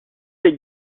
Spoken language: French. des